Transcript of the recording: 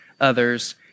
others